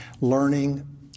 learning